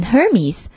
Hermes